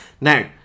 Now